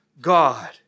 God